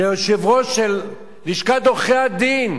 שהיושב-ראש של לשכת עורכי-הדין,